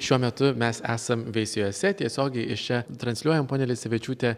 šiuo metu mes esam veisiejuose tiesiogiai iš čia transliuojam ponia lisevičiūte